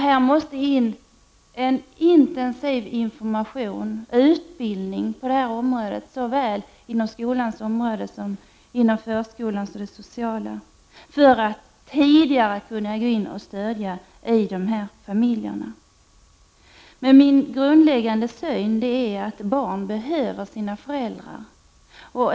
Det måste genomföras en intensiv information och utbildning på det här området, såväl inom skolan som inom förskolan och på det sociala fältet, så att man tidigare kan gå in med stöd i de familjer som det gäller. Min grundläggande uppfattning är den att barn behöver sina föräldrar.